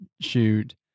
shoot